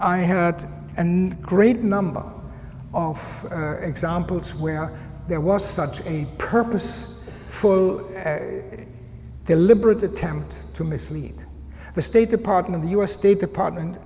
i had a great number of examples where there was such a purpose for deliberate attempt to mislead the state department the u s state department